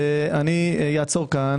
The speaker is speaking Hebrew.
אעצור כאן